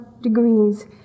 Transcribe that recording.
degrees